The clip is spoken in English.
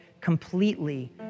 completely